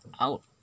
out